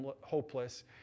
hopeless